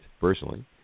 personally